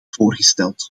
voorgesteld